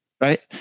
Right